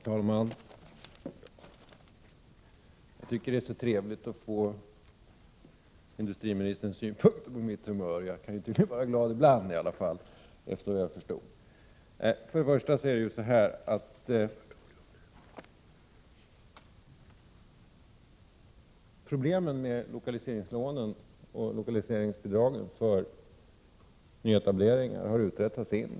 Herr talman! Det är trevligt att få industriministerns synpunkter på mitt humör. Efter vad jag har förstått kan jag tydligen vara glad ibland i alla fall. Problemen med lokaliseringslånen och lokaliseringsbidragen för nyetableringar har utretts av SIND.